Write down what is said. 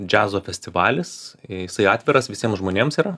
džiazo festivalis jisai atviras visiem žmonėms yra